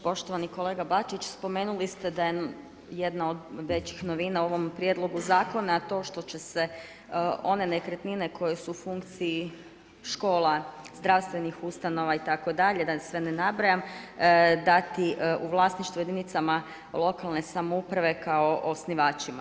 Poštovani kolega Bačić, spomenuli ste da je jedna od većih novina u ovom prijedlogu zakona to što će se one nekretnine koje su u funkciji škola, zdravstvenih ustanova itd. da sve ne nabrajam, dati u vlasništvo jedinicama lokalne samouprave kao osnivačima.